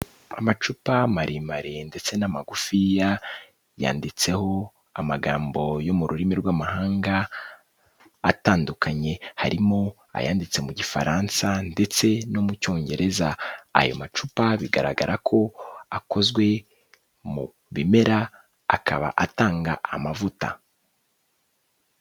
Amacupa maremare ndetse n'amagufiya, yanditseho amagambo yo mu rurimi rw'amahanga atandukanye, harimo ayanditse mu gifaransa ndetse no mu cyongereza, ayo macupa bigaragara ko akozwe mu bimera akaba atanga amavuta.